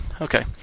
Okay